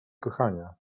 kochania